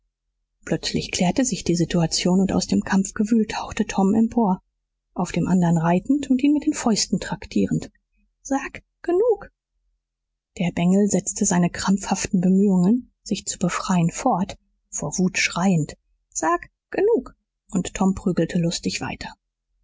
plötzlich klärte sich die situation und aus dem kampfgewühl tauchte tom empor auf dem andern reitend und ihn mit den fäusten traktierend sag genug der bengel setzte seine krampfhaften bemühungen sich zu befreien fort vor wut schreiend sag genug und tom prügelte lustig weiter